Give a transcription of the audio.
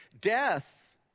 death